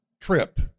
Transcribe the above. trip